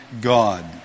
God